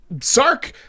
Sark